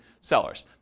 sellers